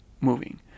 moving